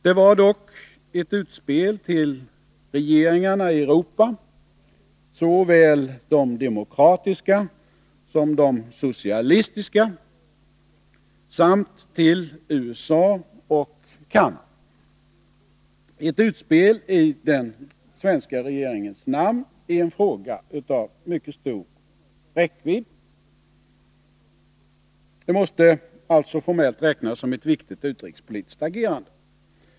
Det var dock ett utspel till regeringarna i Europa — såväl de demokratiska som de socialistiska — samt till USA och Canada; ett utspel i den svenska regeringens namn i en fråga av mycket stor räckvidd. Det måste alltså formellt räknas som ett viktigt utrikespolitiskt agerande.